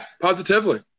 positively